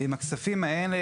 ועם הכספים האלה,